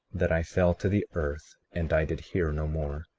that i fell to the earth and i did hear no more.